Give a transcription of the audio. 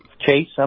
Chase